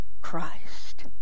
Christ